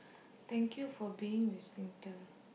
thank you for being with Singtel